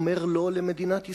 אומר לא למדינת ישראל,